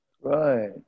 right